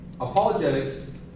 Apologetics